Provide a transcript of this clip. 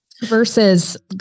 versus